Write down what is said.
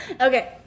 Okay